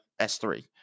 S3